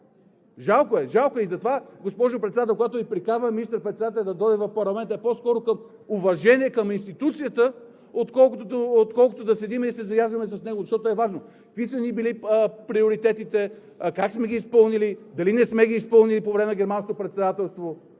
Жалко е. Жалко е! Затова, госпожо Председател, когато Ви приканваме в парламента да дойде министър-председателят, е по-скоро от уважение към институция, отколкото да седим и да се заяждаме с него. Защото е важно – какви са ни били приоритетите, как сме ги изпълнили, дали не сме ги изпълнили по време на Германското председателство.